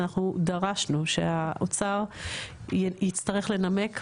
אנחנו דרשנו שהאוצר יצטרך לנמק.